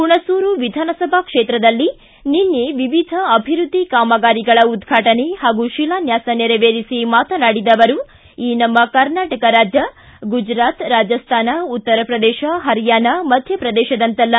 ಹುಣಸೂರು ವಿಧಾನಸಭಾ ಕ್ಷೇತ್ರದಲ್ಲಿ ನಿನ್ನೆ ವಿವಿಧ ಅಭಿವ್ಯದ್ದಿ ಕಾಮಗಾರಿಗಳ ಉದ್ಘಾಟನೆ ಹಾಗೂ ಶಿಲಾನ್ಯಾಸ ನೇರವೇರಿಸಿ ಮಾತನಾಡಿದ ಅವರು ಈ ನಮ್ಮ ಕರ್ನಾಟಕ ರಾಜ್ಯ ಗುಜರಾತ್ ರಾಜಸ್ತಾನ ಉತ್ತರಪ್ರದೇಶ ಹರಿಯಾಣ ಮಧ್ಯಪ್ರದೇಶದಂತಲ್ಲ